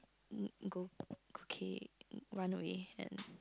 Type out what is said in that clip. go okay run away and